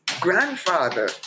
grandfather